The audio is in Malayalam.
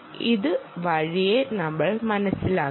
ഇത് വഴിയെ നമ്മൾ മനസ്സിലാക്കും